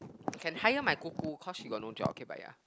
can hire my 姑姑 cause she got no job okay but ya